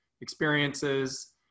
experiences